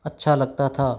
अच्छा लगता था